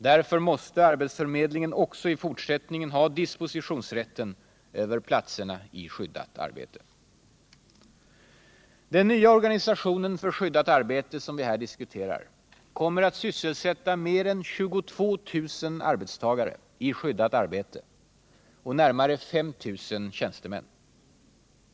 Därför måste arbets== I förmedlingen också i fortsättningen ha dispositionsrätten över platserna — Skyddat arbete och i skyddat arbete. yrkesinriktad Den nya organisationen för skyddat arbete som vi här diskuterar kom = rehabilitering mer att sysselsätta mer än 22 000 arbetstagare i skyddat arbete och när = m.m. mare 5 000 tjänstemän.